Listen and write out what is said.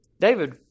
David